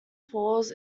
falls